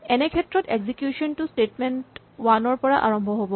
এনে ক্ষেত্ৰত এক্সিকিউচন টো স্টেটমেন্ট ৱান ৰ পৰা আৰম্ভ হ'ব